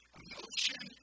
emotion